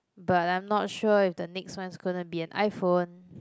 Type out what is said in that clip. but I'm not sure if the next one's gonna be an iPhone